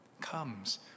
comes